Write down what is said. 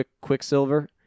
Quicksilver